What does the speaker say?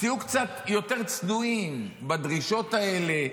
תהיו קצת יותר צנועים בדרישות האלה.